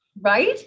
Right